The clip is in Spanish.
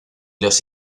los